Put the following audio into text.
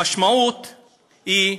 המשמעות היא,